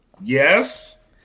Yes